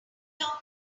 down